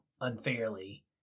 unfairly